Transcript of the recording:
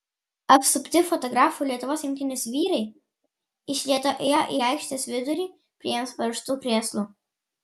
apsupti fotografų lietuvos rinktinės vyrai iš lėto ėjo į aikštės vidurį prie jiems paruoštų krėslų